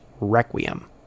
Requiem